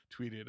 tweeted